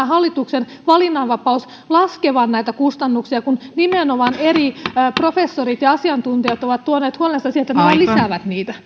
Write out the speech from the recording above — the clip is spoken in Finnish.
hallituksen valinnanvapauden laskevan näitä kustannuksia kun eri professorit ja asiantuntijat ovat tuoneet nimenomaan huolensa siitä että nämä lisäävät niitä